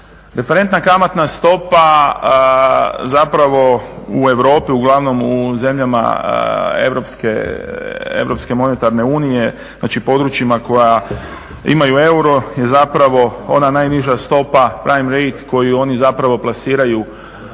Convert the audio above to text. Referentna kamatna stopa zapravo u Europi, uglavnom u zemljama Europske monetarne unije, znači područjima koja imaju euro i zapravo ona najniža stopa … koju oni zapravo plasiraju kada